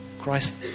Christ